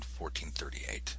1438